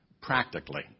practically